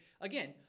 again